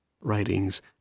writings